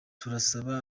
turasaba